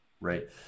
right